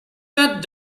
that